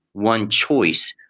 one choice,